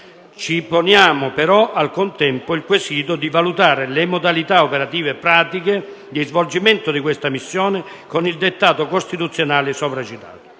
Poniamo però, al contempo, il quesito della compatibilità delle modalità operative e pratiche di svolgimento di questa missione con il dettato costituzionale testé citato.